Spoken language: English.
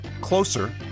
Closer